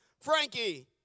Frankie